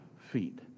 feet